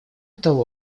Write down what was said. того